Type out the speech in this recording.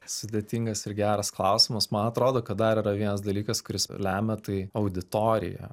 sudėtingas ir geras klausimas man atrodo kad dar vienas dalykas kuris lemia tai auditorija